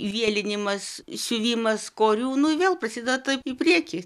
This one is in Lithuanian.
vielinimas siuvimas korių nu vėl prasideda taip į priekį